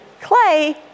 clay